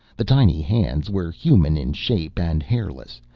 the tiny hands were human in shape and hairless,